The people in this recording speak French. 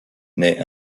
naît